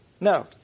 No